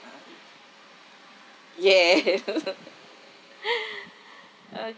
yeah